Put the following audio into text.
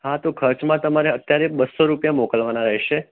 હા તો ખર્ચમાં અત્યારે તમારે બસો રૂપિયા મોકલવાના રહેશે